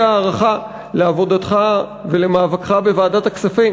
הערכה לעבודתך ולמאבקך בוועדת הכספים